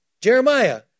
Jeremiah